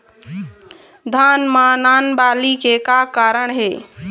धान म नान बाली के का कारण हे?